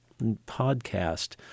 podcast